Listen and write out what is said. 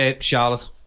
Charlotte